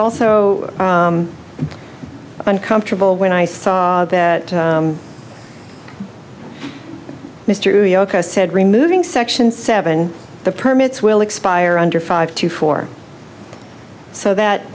also uncomfortable when i saw that mystery yoko said removing section seven the permits will expire under five to four so that